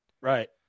Right